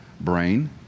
brain